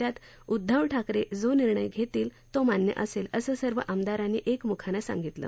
त्यात उद्दव ठाकर जो निर्णय घेतील तो मान्य असेल असं सर्व आमदारांनी एकमुखानं सांगितलं